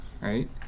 right